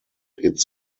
its